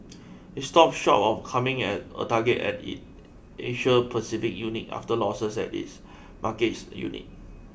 it stopped short of confirming a target at its Asia Pacific unit after losses at its markets unit